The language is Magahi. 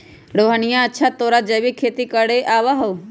रोहिणीया, अच्छा तोरा जैविक खेती करे आवा हाउ?